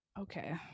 Okay